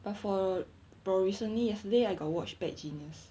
but for for recently yesterday I got watch bad genius